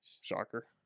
shocker